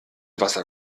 wasser